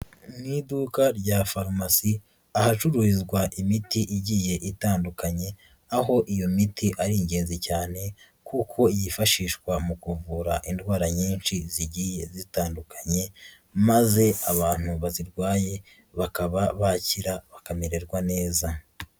Mu iduka rya farumasi ahacururizwa imiti igiye itandukanye, aho iyo miti ari ingenzi cyane kuko yifashishwa mu kuvura indwara nyinshi zigiye zitandukanye maze abantu bazirwaye bakaba bakira bakamererwa neza.